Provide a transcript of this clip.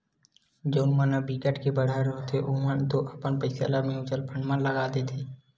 जउन मन बिकट के बड़हर होथे ओमन तो अपन पइसा ल म्युचुअल फंड म लगा देथे